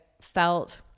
felt